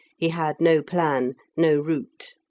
he had no plan, no route.